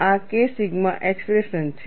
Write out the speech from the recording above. આ K sigma expression છે